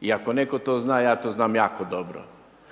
I ako to netko zna, ja to znam jako dobro